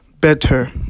better